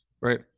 right